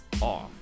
off